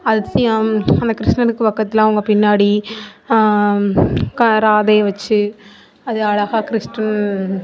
அதிசயம் அந்த கிருஷ்ணருக்கு பக்கத்தில் அவங்க பின்னாடி ராதை வச்சு அது அழகாக கிருஷ்ணன்